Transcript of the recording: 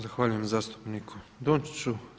Zahvaljujem zastupniku Dončiću.